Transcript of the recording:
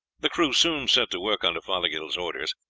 the crew soon set to work under fothergill's orders.